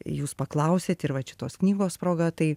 jūs paklausėt ir vat šitos knygos proga tai